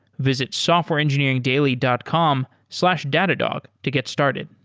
visit softwareengineeringdaily dot com slash datadog to get started.